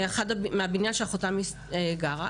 מהבניין שאחותה גרה,